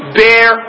bear